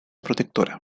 protectora